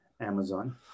Amazon